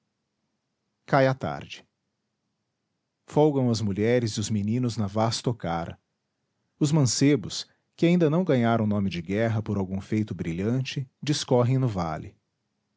cai a tarde folgam as mulheres e os meninos na vasta ocara os mancebos que ainda não ganharam nome de guerra por algum feito brilhante discorrem no vale